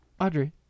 Audrey